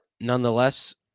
nonetheless